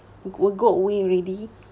wil~ will go away already